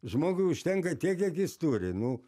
žmogui užtenka tiek kiek jis turi nu